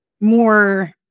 more